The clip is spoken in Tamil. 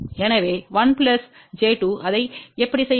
எனவே 1 j 2 அதை எப்படி செய்வது